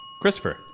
Christopher